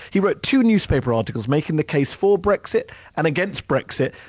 he wrote two newspaper articles making the case for brexit and against brexit,